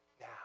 now